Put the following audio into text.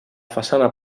façana